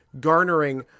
garnering